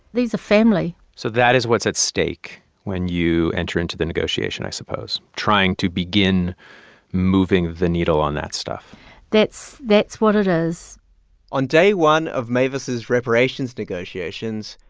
these are family so that is what's at stake when you enter into the negotiation, i suppose trying to begin moving the needle on that stuff that's that's what it is on day one of mavis's reparations negotiations,